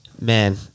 Man